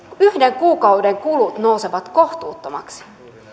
yhden kuukauden kulut nousevat kohtuuttomiksi